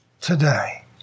today